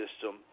system